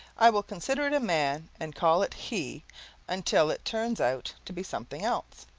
i will consider it a man and call it he until it turns out to be something else.